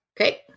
Okay